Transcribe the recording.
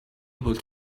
able